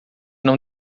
não